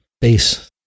base